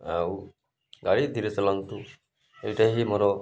ଆଉ ଗାଡ଼ି ଧୀରେ ଚଲାନ୍ତୁ ଏଇଟା ହିଁ ମୋର